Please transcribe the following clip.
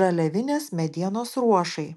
žaliavinės medienos ruošai